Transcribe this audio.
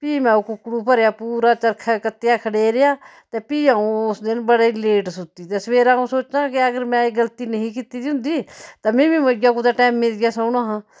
फ्ही में ओह् कुकड़ु भरेआ पूरा चरखा कत्तेआ खडेरेआ ते फ्ही आ'ऊं उस दिन बड़े लेट सुत्ती ते सवेरे आ'ऊं सोचां कि अगर में एह् गलती नेईं कीती दी होंदी तां में बी मोइये कुतै टाइमै दिया सोना हा